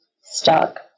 stuck